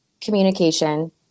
communication